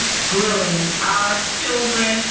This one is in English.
grilling our children,